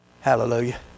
Hallelujah